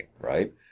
right